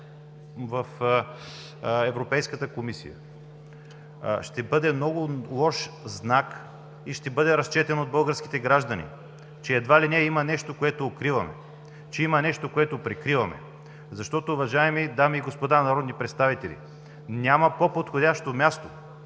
в Европейската комисия, ще бъде много лош знак и ще бъде разчетен от българските граждани, че едва ли не има нещо, което укриваме, че има нещо, което прикриваме, защото, уважаеми дами и господа народни представители, няма по-подходящо място,